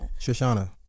Shoshana